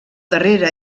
darrere